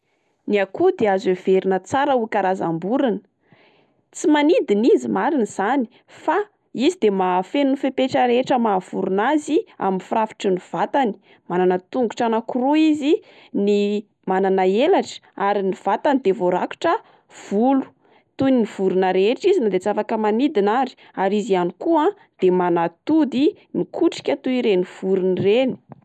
Ny akoho dia azo heverina tsara ho karazam-borona. Tsy manidina izy marina izany fa izy de mahafeno ny fepetra rehetra maha vorona azy amin'ny firafitry ny vatany. Manana tongotra anakiroa izy, ny- manana elatra, ary ny vatany dia voarakotra volo. Toy ny vorona rehetra izy nade tsy afaka manidina ary, ary izy ihany koa a de manatody mikotrika toy ireny vorona ireny.